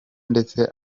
ndetse